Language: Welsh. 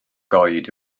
goed